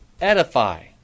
edify